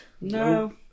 no